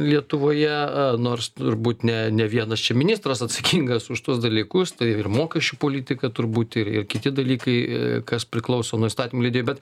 lietuvoje a nors turbūt ne ne vienas čia ministras atsakingas už tuos dalykus ir mokesčių politiką turbūt ir ir kiti dalykai kas priklauso nu įstatymų leidėjai bet